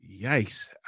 yikes